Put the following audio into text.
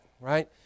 right